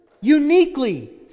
Uniquely